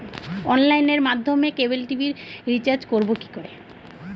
অনলাইনের মাধ্যমে cable TV recharge করব কি করে?